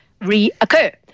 reoccur